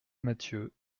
mathieu